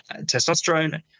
testosterone